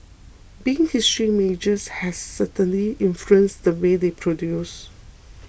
being history majors has definitely influenced the work they produce